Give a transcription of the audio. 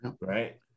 right